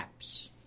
apps